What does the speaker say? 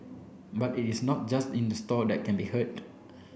but it is not just in the store that can be heard